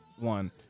one